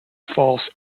false